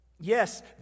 Yes